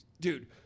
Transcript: dude